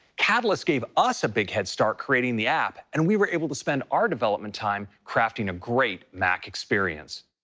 catalyst gave us a big head start creating the app, and we were able to spend our development time crafting a great mac experience.